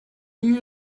you